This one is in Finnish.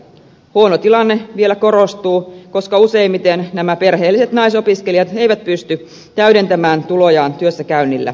huono tilanne vielä korostuu koska useimmiten nämä perheelliset naisopiskelijat eivät pysty täydentämään tulojaan työssäkäynnillä